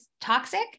toxic